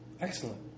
excellent